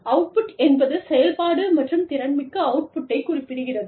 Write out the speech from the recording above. out put என்பது செயல்பாடு மற்றும் திறன்மிக்க அவுட்புட்டை குறிப்பிடுகிறது